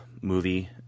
movie